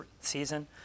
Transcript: season